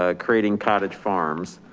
ah creating cottage farms,